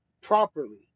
properly